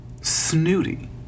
snooty